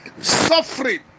suffering